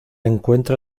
encuentra